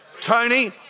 Tony